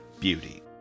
beauty